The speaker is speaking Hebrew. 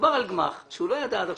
מדובר על גמ"ח שהוא לא ידע עד עכשיו,